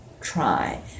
try